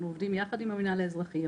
אנחנו עובדים יחד עם המינהל האזרחי.